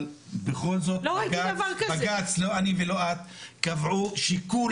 אבל בכל זאת בג"ץ לא אני ולא את קבעו שכולם,